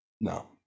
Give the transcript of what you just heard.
No